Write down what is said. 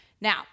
Now